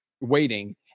waiting